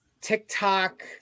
TikTok